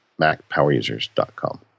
macpowerusers.com